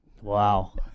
Wow